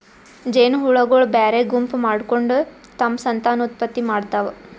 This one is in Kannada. ಜೇನಹುಳಗೊಳ್ ಬ್ಯಾರೆ ಗುಂಪ್ ಮಾಡ್ಕೊಂಡ್ ತಮ್ಮ್ ಸಂತಾನೋತ್ಪತ್ತಿ ಮಾಡ್ತಾವ್